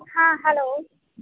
हँ हैलो